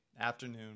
afternoon